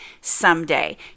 someday